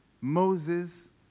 Moses